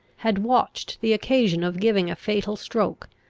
had watched the occasion of giving a fatal stroke,